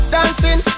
Dancing